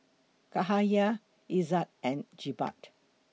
Cahaya Izzat and Jebat